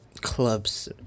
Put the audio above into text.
clubs